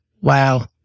Wow